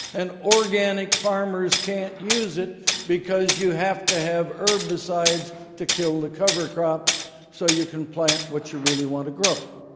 an d organic farmers can't use it because you have to have herbicides to kill the cov er crops so you can plant what you really want to grow.